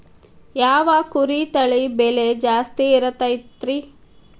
ಯಾವ ಕುರಿ ತಳಿ ಬೆಲೆ ಜಾಸ್ತಿ ಇರತೈತ್ರಿ?